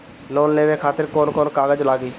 Loan लेवे खातिर कौन कौन कागज लागी?